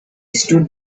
stood